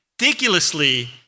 ridiculously